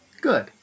Good